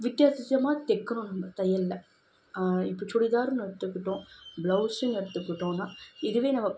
வித்தியாச வித்தியாசமாக தைக்கணும் நம்ம தையலில் இப்போ சுடிதார்ன்னு எடுத்துகிட்டோம் ப்ளவுஸுன்னு எடுத்துக்கிட்டோம்ன்னா இதுவே நமக்கு